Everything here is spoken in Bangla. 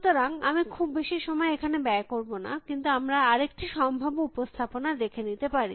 সুতরাং আমি খুব বেশী সময় এখানে ব্যয় করব না কিন্তু আমরা আরেকটি সম্ভাব্য উপস্থাপনা দেখে নিতে পারি